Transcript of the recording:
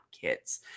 kids